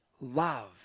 love